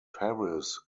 paris